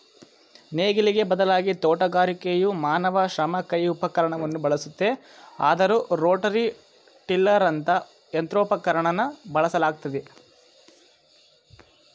ನೇಗಿಲಿಗೆ ಬದಲಾಗಿ ತೋಟಗಾರಿಕೆಯು ಮಾನವ ಶ್ರಮ ಕೈ ಉಪಕರಣವನ್ನು ಬಳಸುತ್ತೆ ಆದರೂ ರೋಟರಿ ಟಿಲ್ಲರಂತ ಯಂತ್ರೋಪಕರಣನ ಬಳಸಲಾಗ್ತಿದೆ